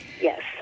Yes